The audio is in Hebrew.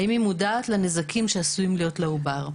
האם היא מודעת לנזקים שעשויים להיות לעובר.